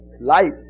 life